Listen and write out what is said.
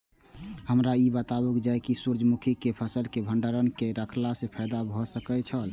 हमरा ई बतायल जाए जे सूर्य मुखी केय फसल केय भंडारण केय के रखला सं फायदा भ सकेय छल?